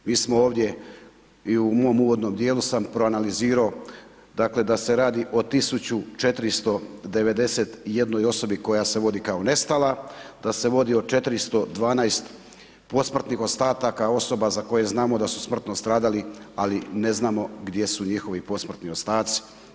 Mi smo ovdje i u mom uvodnom djelu sam proanalizirao dakle da se radi o 1491 osoba koja se vodi kao nestala, da se vodi o 412 posmrtnih ostataka osoba za koje znamo da su smrtno stradali ali ne znamo gdje su njihovi posmrtni ostaci.